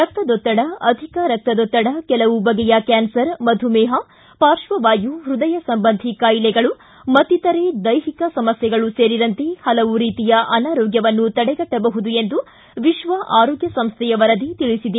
ರಕ್ತದೊತ್ತಡ ಅಧಿಕ ರಕ್ತದೊತ್ತಡ ಕೆಲವು ಬಗೆಯ ಕ್ಕಾನ್ಸರ್ ಮಧುಮೇಹ ಪಾರ್ಶ್ವವಾಯು ಪೃದಯ ಸಂಬಂಧಿ ಕಾಯಿಲೆಗಳು ಮತ್ತಿತರ ದೈಹಿಕ ಸಮಸ್ಯೆಗಳು ಸೇರಿದಂತೆ ಹಲವು ರೀತಿಯ ಅನಾರೋಗ್ಯವನ್ನು ತಡೆಗಟ್ವಬಹುದು ಎಂದು ವಿಶ್ವ ಆರೋಗ್ಯ ಸಂಸ್ವೆಯ ವರದಿ ತಿಳಿಸಿದೆ